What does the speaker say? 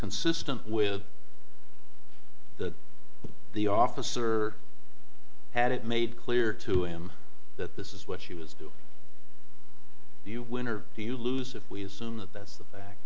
consistent with that the officer had it made clear to him that this is what she was doing do you win or do you lose if we assume that that's the fac